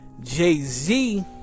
Jay-Z